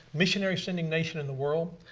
missionary sending nation in the world.